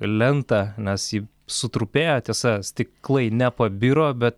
lentą nes ji sutrupėjo tiesa stiklai nepabiro bet